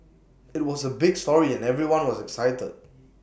IT was A big story and everyone was excited